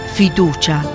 fiducia